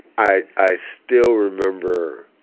i i still remember